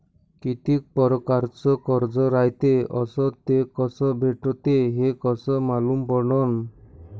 कितीक परकारचं कर्ज रायते अस ते कस भेटते, हे कस मालूम पडनं?